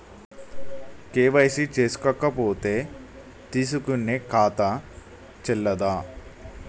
KYC చేసుకోకపోతే తీసుకునే ఖాతా చెల్లదా?